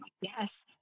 yes